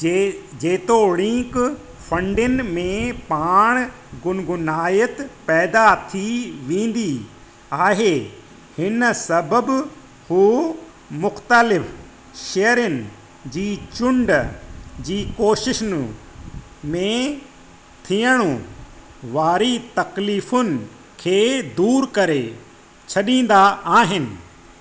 जे जेतोणीकि फंडिनि में पाण गुनगुनायति पैदा थी वेंदी आहे हिन सबबि हू मुख़्तलिफ़ु शेअरिनि जी चूंड जी कोशिशि में थियण वारी तकलीफ़ुनि खे दूरि करे छॾींदा आहिनि